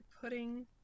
pudding